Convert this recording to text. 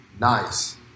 Nice